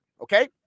okay